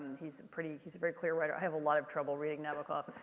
he's pretty, he's a very clear writer. i have a lot of trouble reading nabokov.